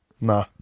Nah